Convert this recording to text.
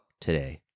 today